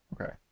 Okay